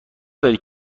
داری